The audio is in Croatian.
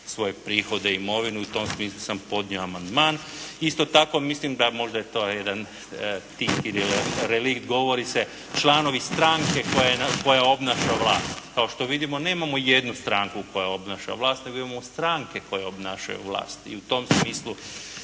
svoje prihode i imovinu i u tom smislu sam podnio amandman. Isto tako mislim da, možda je to jedan … /Govornik se ne razumije./ … govori se, članovi stranke koja obnaša vlast. Kao što vidimo, nemamo jednu stranku koja obnaša vlast, nego imamo stranke koje obnašaju vlast i u tom smislu